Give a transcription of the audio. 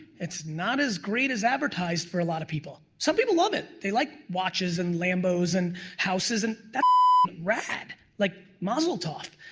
it's not as great as advertised for a lot of people. some people love it. they like watches and lambos and houses and that rad. like mazel tov.